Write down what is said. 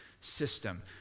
system